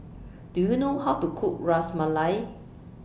Do YOU know How to Cook Ras Malai